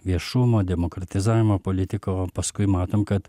viešumo demokratizavimo politika o paskui matom kad